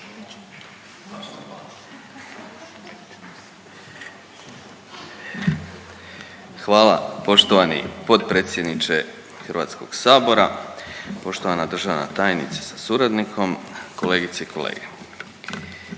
lijepo poštovani potpredsjedniče Hrvatskog sabora, poštovana državna tajnice sa suradnikom. Pred nama je